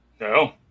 No